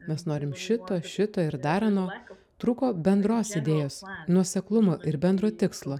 mes norim šito šito ir dar ano trūko bendros idėjos nuoseklumo ir bendro tikslo